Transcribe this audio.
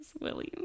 william